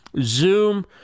Zoom